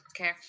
okay